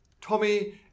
Tommy